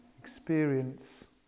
experience